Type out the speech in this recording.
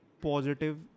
positive